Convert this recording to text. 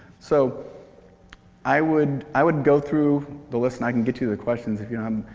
so i would i would go through the list, and i can get to the questions if you know